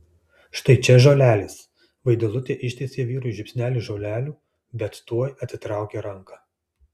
štai čia žolelės vaidilutė ištiesė vyrui žiupsnelį žolelių bet tuoj atitraukė ranką